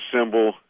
symbol